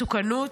מסוכנות?